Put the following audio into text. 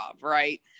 right